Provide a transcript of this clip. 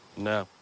no.